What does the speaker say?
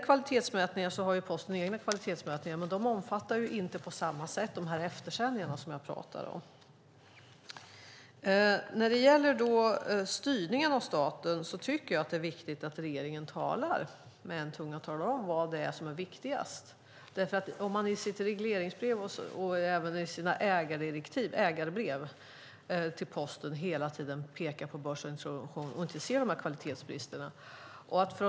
Posten har egna kvalitetsmätningar, men de omfattar inte på samma sätt eftersändningarna, som jag pratar om. När det gäller statens styrning tycker jag att det är viktigt att regeringen talar med en tunga och talar om vad som är viktigast. I regleringsbrev och ägarbrev till Posten pekar man hela tiden på börsintroduktion, och man ser inte kvalitetsbristerna.